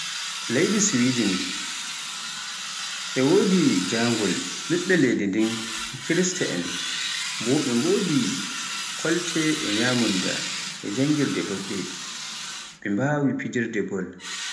Leydi Swedin e wodi njangol, ɓiɓɓe leydi ndin ɓe kirsta en, bo ɓe wodi kolte e nyamunda e janngirde boɗɗe, ɓe mbawi fijirde bol.